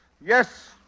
Yes